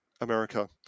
America